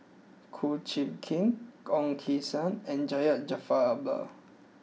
Kum Chee Kin Ong Keng Sen and Syed Jaafar Albar